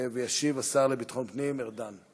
וישיב השר לביטחון הפנים ארדן.